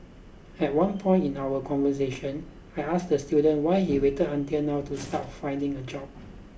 at one point in our conversation I asked the student why he waited until now to start finding a job